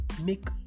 make